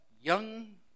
young